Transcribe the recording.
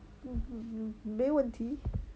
um 没问题